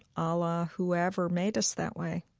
allah, whoever, made us that way.